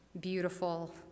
beautiful